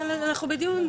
מעלה, אנחנו בדיון.